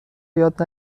یاد